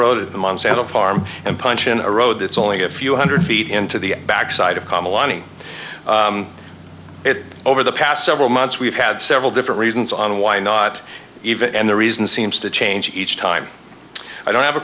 monsanto farm and punch in a road that's only a few hundred feet into the backside of comma lani over the past several months we've had several different reasons on why not even and the reason seems to change each time i don't have a